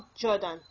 Jordan